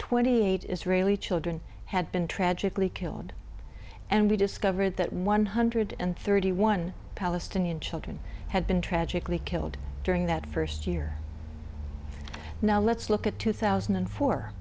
twenty eight israeli children had been tragically killed and we discovered that one hundred and thirty one palestinian children had been tragically killed during that first year now let's look at two thousand and fo